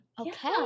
Okay